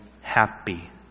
happy